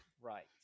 Right